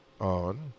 on